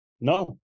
no